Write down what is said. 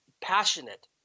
passionate